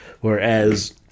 whereas